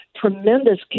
tremendous